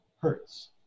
Hertz